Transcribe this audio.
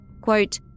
Quote